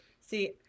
See